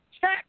Check